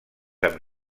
amb